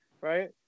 Right